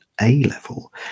A-level